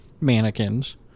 mannequins